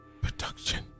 Production